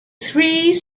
three